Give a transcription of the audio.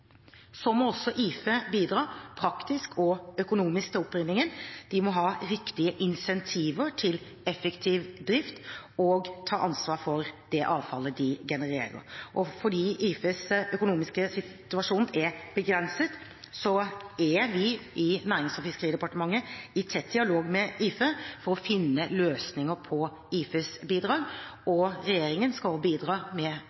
Så må også IFE bidra praktisk og økonomisk til opprydningen. De må ha riktige incentiver til effektiv drift og ta ansvar for det avfallet de genererer. Fordi IFEs økonomiske situasjon er begrenset, er vi i Nærings- og fiskeridepartementet i tett dialog med IFE for å finne løsninger på IFEs bidrag, og regjeringen skal bidra med